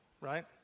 right